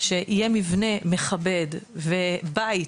שיהיה מבנה מכבד ובית,